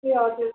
ए हजुर